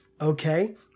Okay